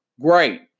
great